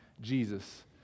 Jesus